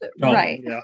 Right